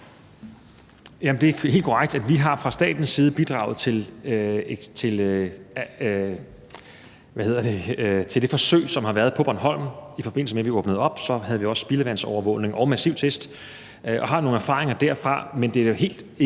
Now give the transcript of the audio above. Det er helt korrekt, at vi fra statens side har bidraget til det forsøg, som har været på Bornholm. I forbindelse med at vi åbnede op, havde vi også spildevandsovervågning og massiv testning og har nogle erfaringer derfra. Men det er helt evident,